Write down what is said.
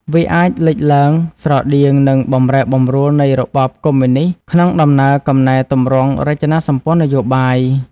វាអាចលេចឡើងស្រដៀងនឹងបម្រែបម្រួលនៃរបបកុម្មុយនិស្ត ក្នុងដំណើរកំណែទម្រង់រចនាសម្ព័ន្ធនយោបាយ។